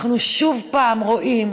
אנחנו עוד פעם רואים